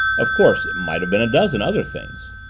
of course it might have been a dozen other things.